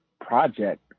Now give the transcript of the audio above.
project